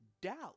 doubt